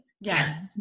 yes